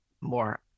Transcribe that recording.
more